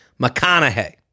McConaughey